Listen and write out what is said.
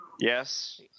Yes